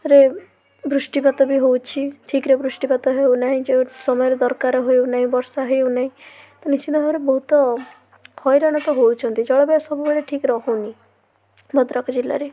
ରେ ବୃଷ୍ଟିପାତ ବି ହେଉଛି ଠିକରେ ବୃଷ୍ଟିପାତ ହଉନାହିଁ ଯେଉଁ ସମୟରେ ଦରକାର ହେଉନାହିଁ ବର୍ଷା ହେଉନାହିଁ ନିଶ୍ଚିତ ଭାବରେ ବହୁତ ହଇରାଣ ତ ହେଉଛନ୍ତି ଜଳବାୟୁ ସବୁବେଳେ ଠିକ ରହୁନି ଭଦ୍ରକ ଜିଲ୍ଲାରେ